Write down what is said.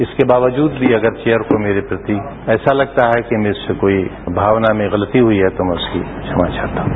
इसके बावजूद भी अगर चेयर को मेरे प्रति ऐसा लगता है कि मुझ से भावना में कोई गलती हुई तो मैं उसकी क्षमा चाहता हूं